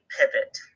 pivot